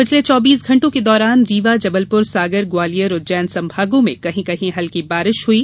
पिछले चौबीस घण्टों के दौरान रीवा जबलपुर सागर ग्वालियर उज्जैन संभागो में कहीं कहीं हल्की बारिश हुई